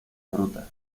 fruta